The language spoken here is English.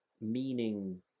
meaning